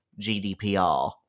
GDPR